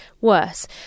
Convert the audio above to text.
worse